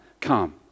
Come